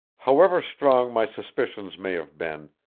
however strong my suspicions may have been,